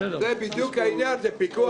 זה בדיוק העניין, זה פיקוח נפש.